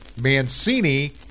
Mancini